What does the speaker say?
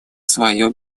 свое